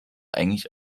eigentlich